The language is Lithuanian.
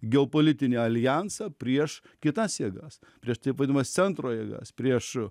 geopolitinį aljansą prieš kitas jėgas prieš taip vadinamas centro jėgas prieš